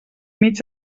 mig